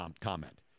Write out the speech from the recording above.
comment